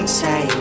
say